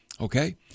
okay